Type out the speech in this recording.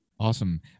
Awesome